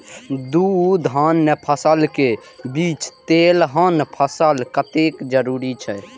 दू धान्य फसल के बीच तेलहन फसल कतेक जरूरी छे?